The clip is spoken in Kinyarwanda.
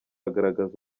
agaragaza